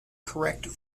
correct